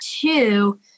Two